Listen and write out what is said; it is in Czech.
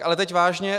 Ale teď vážně.